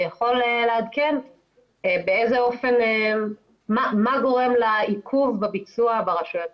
ויכול לעדכן מה גורם לעיכוב בביצוע ברשויות.